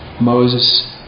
Moses